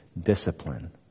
discipline